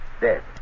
Dead